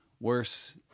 worse